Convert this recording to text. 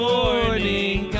Morning